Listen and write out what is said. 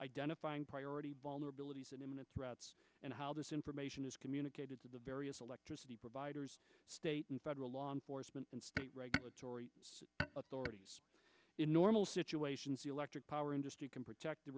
identifying priority vulnerabilities and imminent threats and how this information is communicated to the various electricity providers state and federal law enforcement and state regulatory authorities in normal situations the electric power industry can protect the